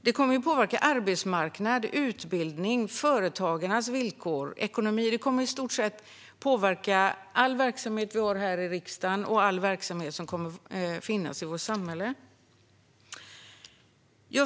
Det kommer även att påverka arbetsmarknad, utbildning, företagarnas villkor och ekonomi - allt vi hanterar här i riksdagen och all verksamhet i vårt samhälle.